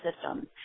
system